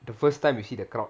the first time you see the crowd